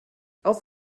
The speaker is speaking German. auf